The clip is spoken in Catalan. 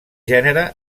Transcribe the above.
gènere